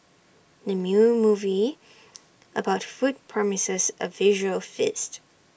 the new movie about food promises A visual feast